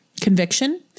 conviction